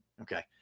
Okay